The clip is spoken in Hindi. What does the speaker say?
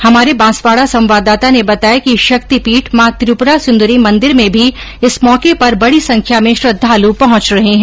हमारे बांसवाडा संवाददाता ने बताया कि शक्तिपीठ मां त्रिपुरा सुंदरी मंदिर में भी इस मौके पर बड़ी संख्या में श्रद्धाल् पहुंच रहे है